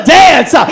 dance